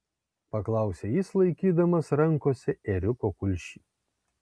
paklausė jis laikydamas rankose ėriuko kulšį